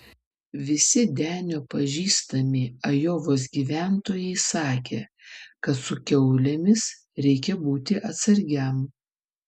visi denio pažįstami ajovos gyventojai sakė kad su kiaulėmis reikia būti atsargiam